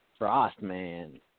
Frostman